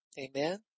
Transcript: Amen